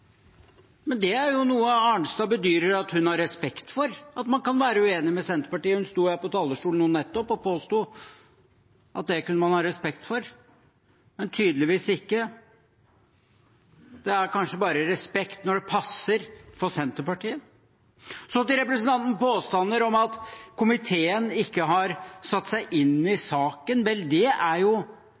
Arnstad bedyrer at hun har respekt for at man kan være uenig med Senterpartiet. Hun sto på talerstolen nå nettopp og påsto at det kunne man ha respekt for – men tydeligvis ikke. Det er kanskje bare respekt når det passer for Senterpartiet. Til representantens påstand om at komiteen ikke har satt seg inn i saken. Vel, det er